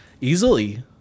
easily